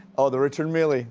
oh, the richard mille.